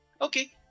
Okay